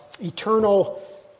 eternal